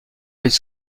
high